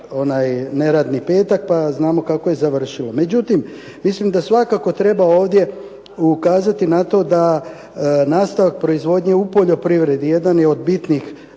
za neradni petak pa znamo kako je završilo. Međutim, mislim da svakako treba ovdje ukazati na to da nastavak proizvodnje u poljoprivredi jedan je od bitnih